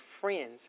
friends